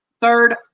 third